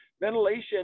Ventilation